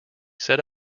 set